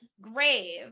grave